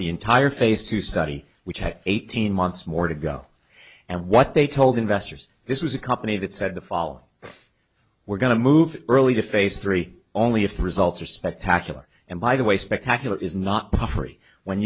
the entire phase two study which had eighteen months more to go and what they told investors this was a company that said the fall we're going to move early to face three only if the results are spectacular and by the way spectacular is not puffery when